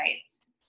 sites